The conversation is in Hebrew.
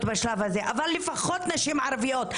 בשלב הזה אבל לפחות נשים ערביות.